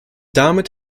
damit